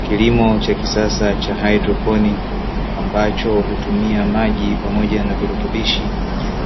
Kilimo cha kisasa cha haidroponi ambacho hutumia maji pamoja na virutubishi